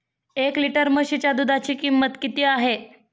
एक लिटर म्हशीच्या दुधाची किंमत किती आहे?